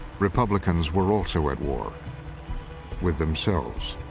republicans were also at war with themselves.